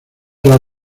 las